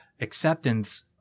acceptance